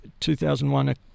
2001